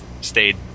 stayed